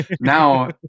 now